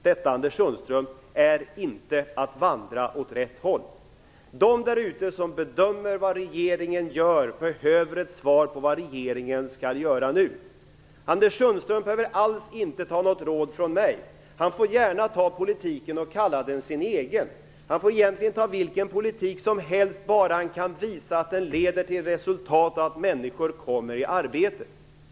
Detta, Anders Sundström, är inte att vandra åt rätt håll. De därute som bedömer vad regeringen gör behöver ett svar på vad regeringen skall göra nu. Anders Sundström behöver alls inte ta något råd från mig. Han får gärna ta politiken och kalla den sin egen. Han får egentligen ta vilken politik som helst, bara han kan visa att den leder till resultat och att människor kommer i arbete.